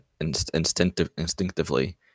instinctively